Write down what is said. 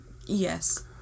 yes